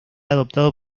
adoptado